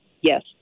yes